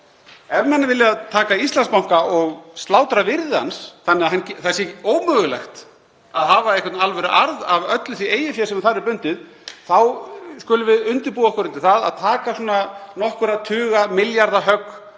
Ef menn vilja taka Íslandsbanka og slátra virði hans þannig að það sé ómögulegt að hafa einhvern alvöruarð af öllu því eigið fé sem þar er bundið, þá skulum við undirbúa okkur undir það að taka nokkurra tuga milljarða högg